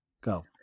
Go